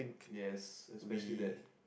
yes especially that